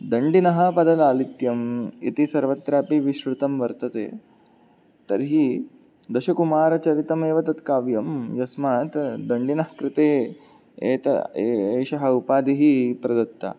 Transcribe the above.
दण्डिनः पदलालित्यम् इति सर्वत्रापि विश्रुतं वर्तते तर्हि दशकुमारचरितमेव तत् काव्यं यस्मात् दण्डिनः कृते एत एषः उपाधिः प्रदत्ता